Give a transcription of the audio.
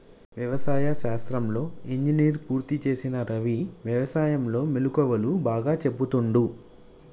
వ్యవసాయ శాస్త్రంలో ఇంజనీర్ పూర్తి చేసిన రవి వ్యసాయం లో మెళుకువలు బాగా చెపుతుండు